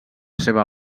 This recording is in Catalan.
seva